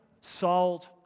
sold